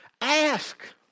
ask